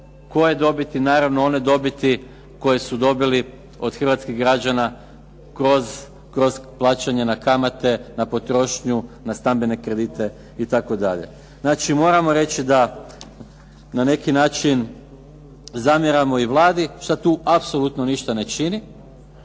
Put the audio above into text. Koje dobiti? Naravno one dobiti koje su dobili od hrvatskih građana kroz plaćanja na kamate, na potrošnju, na stambene kredite itd. Znači moramo reći da na neki način zamjeramo i Vladi što tu apsolutno ništa ne čini,